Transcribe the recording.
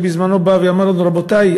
באה ואמרה לנו: רבותי,